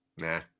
Nah